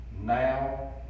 Now